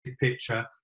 picture